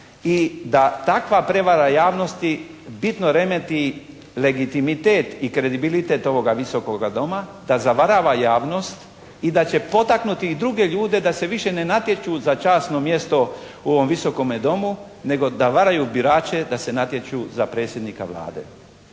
i da takva prevara javnosti bitno remeti legitimitet i kredibilitet ovoga Visokoga doma, da zavarava javnost i da će potaknuti i druge ljude da se više ne natječu za časno mjesto u ovom Visokome domu, nego da varaju birače da se natječu za predsjednika Vlade.